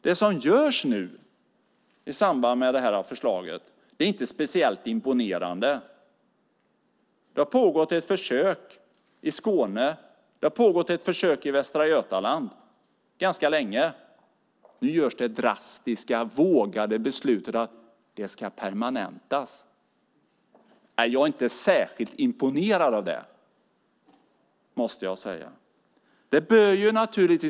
Det som görs nu i samband med det här förslaget är inte speciellt imponerande. Det har pågått ett försök i Skåne, och det har pågått ett försök i Västra Götaland - ganska länge. Nu tas det drastiska, vågade beslutet att det ska permanentas. Jag är inte särskilt imponerad av det, måste jag säga.